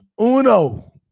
Uno